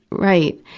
right.